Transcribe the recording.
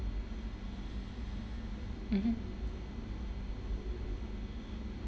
mmhmm